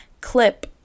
clip